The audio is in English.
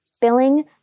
billing